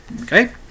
okay